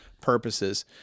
purposes